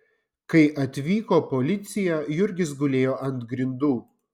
kai atvyko policija jurgis gulėjo ant grindų